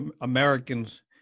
Americans